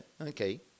okay